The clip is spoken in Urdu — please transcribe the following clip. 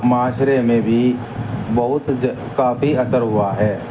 معاشرے میں بھی بہت کافی اثر ہوا ہے